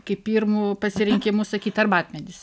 kaip pirmu pasirinkimu sakyt arbatmedis